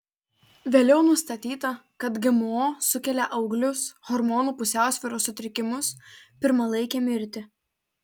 vėliau nustatyta kad gmo sukelia auglius hormonų pusiausvyros sutrikimus pirmalaikę mirtį